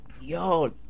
Yo